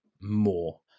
more